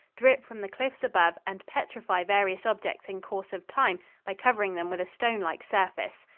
drip from the cliffs above and petrify various objects in course of time by covering them with a stonelike surface.